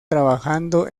trabajando